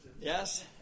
Yes